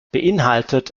beinhaltet